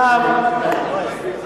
יש במשק עבודה לכולם?